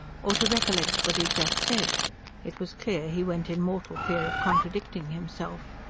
or to recollect what he had just said it was clear he went in mortal fear of contradicting himself.